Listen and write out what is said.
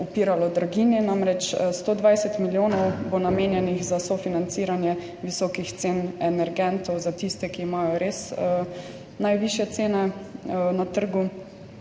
upiralo draginji, namreč 120 milijonov bo namenjenih za sofinanciranje visokih cen energentov za tiste, ki imajo res najvišje cene na trgu.